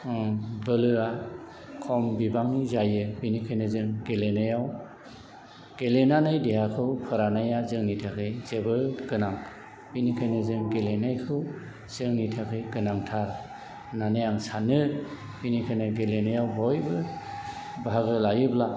बोलोआ खम बिबांनि जायो बेनिखायनो जों गेलेनायाव गेलेनानै देहाखौ फोरानाया जोंनि थाखाय जोबोर गोनां बेनिखायनो जों गेलेनायखौ जोंनि थाखाय गोनांथार होन्नानै आं सानो बेनिखायनो गेलेनायाव बयबाे बाहागो लायोब्ला